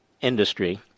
industry